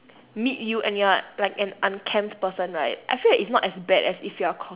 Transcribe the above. meet you and you are like an unkempt person right I feel that it's not as bad as if you are cocky